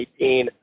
2018